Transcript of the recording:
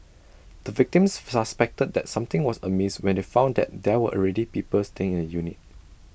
the victims suspected that something was amiss when they found that there were already people staying in the unit